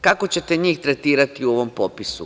Kako ćete njih tretirati u ovom popisu?